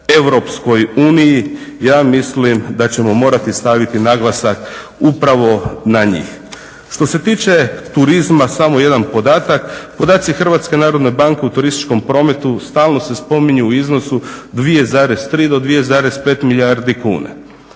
tržište EU ja mislim da ćemo morati staviti naglasak upravo na njih. Što se tiče turizma, samo jedan podatak, podaci Hrvatske narodne banke u turističkom prometu stalno se spominju u iznosu 2,3 do 2,5 milijardi kuna.